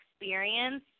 experience